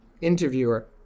Interviewer